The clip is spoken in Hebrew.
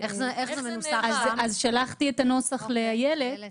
אז היועצת המשפטית איילת